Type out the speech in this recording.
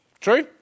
True